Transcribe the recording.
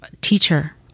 teacher